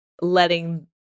letting